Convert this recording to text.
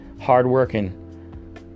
hardworking